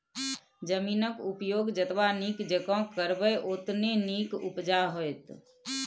जमीनक उपयोग जतबा नीक जेंका करबै ओतने नीक उपजा होएत